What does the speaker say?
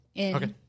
Okay